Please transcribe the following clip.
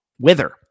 wither